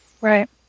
Right